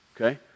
okay